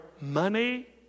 money